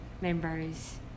members